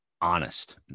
honest